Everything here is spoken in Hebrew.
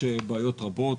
יש בעיות רבות,